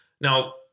Now